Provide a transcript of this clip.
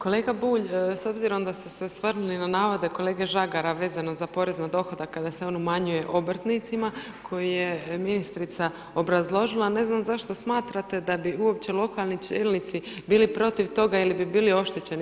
Kolega Bulj, s obzirom da ste se osvrnuli na navode kolege Žagara, vezano na porez na dohodak, kada se on umanjuju obrtnicima, koje je ministrica obrazložila, ne znam, zašto smatrate, da bi uopće lokalni čelnici bili protiv toga ili bi bili oštećeni.